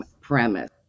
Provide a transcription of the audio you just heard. premise